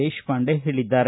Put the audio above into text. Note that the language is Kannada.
ದೇಶಪಾಂಡೆ ಹೇಳಿದ್ದಾರೆ